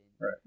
right